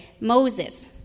Moses